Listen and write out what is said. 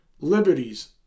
Liberties